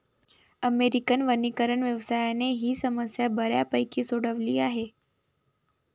American वनीकरण व्यवसायाने ही समस्या बऱ्यापैकी सोडवली आहे